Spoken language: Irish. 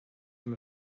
orm